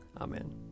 Amen